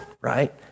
right